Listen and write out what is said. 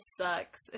sucks